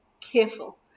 careful